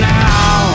now